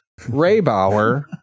Raybauer